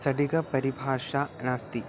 सटिक परिभाषा नास्ति